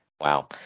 Wow